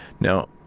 now,